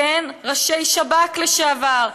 ראשי שב"כ לשעבר,